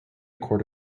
court